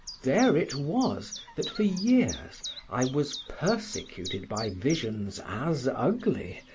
there it was that for years i was persecuted by visions as ugly,